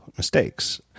mistakes